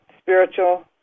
spiritual